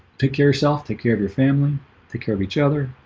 take care yourself take care of your family take care of each other.